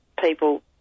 people